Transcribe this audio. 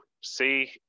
see